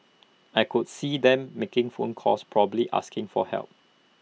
I could see them making phone calls probably asking for help